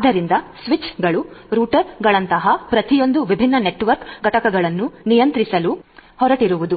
ಆದ್ದರಿಂದ ಸ್ವಿಚ್ಗಳು ರೂಟರ್ ಗಳಂತಹ ಪ್ರತಿಯೊಂದು ವಿಭಿನ್ನ ನೆಟ್ವರ್ಕ್ ಘಟಕಗಳನ್ನು ನಿಯಂತ್ರಿಸಲು ಹೊರಟಿರುವುದು